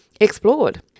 explored